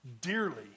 dearly